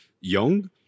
young